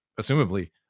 assumably